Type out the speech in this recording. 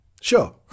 Sure